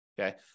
okay